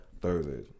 Thursday